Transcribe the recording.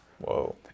Whoa